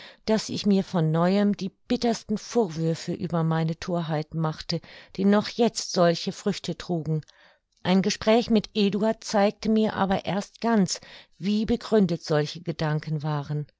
daß ich mir von neuem die bittersten vorwürfe über meine thorheiten machte die noch jetzt solche früchte trugen ein gespräch mit eduard zeigte mir aber erst ganz wie begründet solche gedanken waren